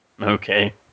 Okay